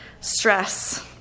stress